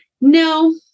No